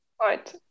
right